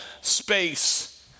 space